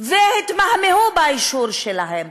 והתמהמה האישור שלהן?